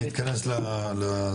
אני אתכנס לסיכום.